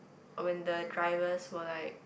when the drivers were like